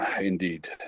indeed